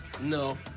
No